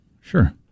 sure